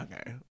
Okay